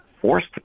forced